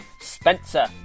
Spencer